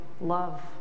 love